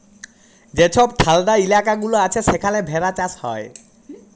যে ছব ঠাল্ডা ইলাকা গুলা আছে সেখালে ভেড়া চাষ হ্যয়